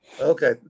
okay